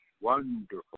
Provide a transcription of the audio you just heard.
wonderful